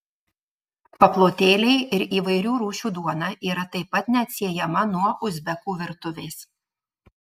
paplotėliai ir įvairių rūšių duona yra taip pat neatsiejama nuo uzbekų virtuvės